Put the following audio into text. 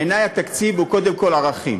בעיני, התקציב הוא קודם כול ערכים,